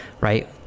right